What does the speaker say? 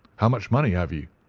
how much money have you?